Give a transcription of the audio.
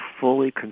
fully